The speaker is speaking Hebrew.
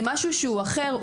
זה משהו אחר.